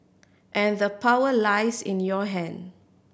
and the power lies in your hand